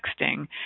texting